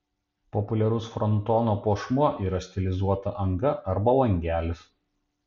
populiarus frontono puošmuo yra stilizuota anga arba langelis